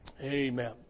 amen